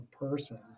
person